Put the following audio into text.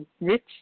rich